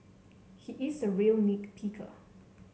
he is a real nit picker